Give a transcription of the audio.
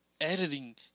editing